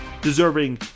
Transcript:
deserving